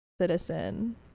citizen